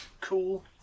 cool